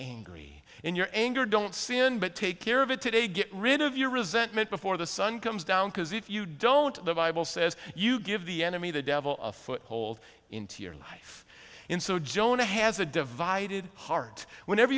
angry in your anger don't sin but take care of it today get rid of your resentment before the sun comes down because if you don't the bible says you give the enemy the devil a foothold into your life in so jonah has a divided heart whenever